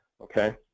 Okay